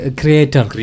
creator